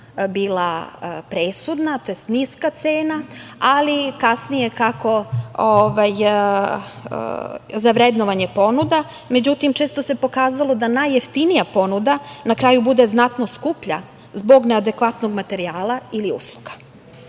bila presudna, tj. niska cena, ali kasnije kako za vrednovanje ponuda, međutim često se pokazalo da najjeftinija ponuda, na kraju bude znatno skuplja, zbog neadekvatnog materijala ili usluga. Pre